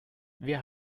wir